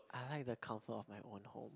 I like the comfort of my own home